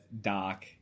Doc